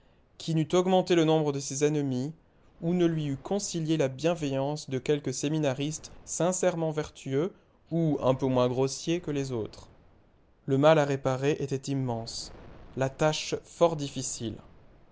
qui n'eût augmenté le nombre de ses ennemis ou ne lui eût concilié la bienveillance de quelque séminariste sincèrement vertueux ou un peu moins grossier que les autres le mal à réparer était immense la tâche fort difficile